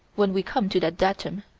when we come to that datum.